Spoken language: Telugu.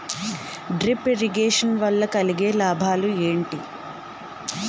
డ్రిప్ ఇరిగేషన్ వల్ల కలిగే లాభాలు ఏంటి?